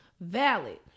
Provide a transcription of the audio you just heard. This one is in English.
valid